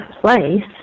place